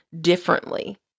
differently